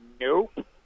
nope